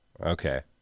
okay